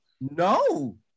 No